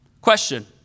Question